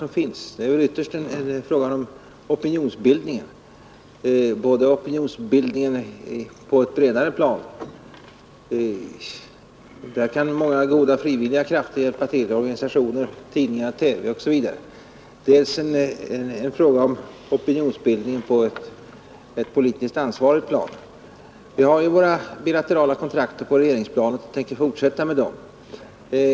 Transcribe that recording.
Men det är ytterst en fråga om opinionbildning. Där kan många goda frivilliga krafter hjälpa till, organisationer, tidningar, TV osv. Lika viktig är opinionsbildningen på ett politiskt ansvarigt plan. Vi har våra bilaterala kontakter på regeringsplanet, vilka vi tänker fortsätta med.